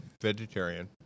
vegetarian